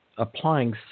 applying